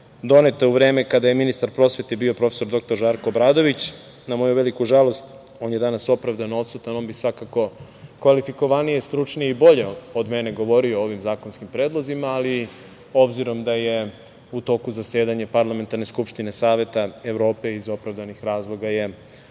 doneta u vreme kada je ministar prosvete bio profesor dr Žarko Obradović. Na moju veliku žalost on je danas opravdano odsutan, on bi svakako kvalifikovanije, stručnije i bolje od mene govorio o ovim zakonskim predlozima, ali o obzirom da je u toku zasedanje parlamentarne Skupštine Saveta Evrope, iz opravdanih razloga je